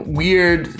weird